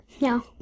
No